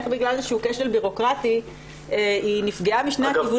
איך בגלל איזשהו כשל ביורוקרטי היא נפגעה משני הכיוונים.